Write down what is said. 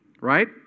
right